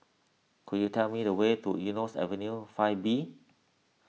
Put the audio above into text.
could you tell me the way to Eunos Avenue five B